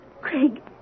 Craig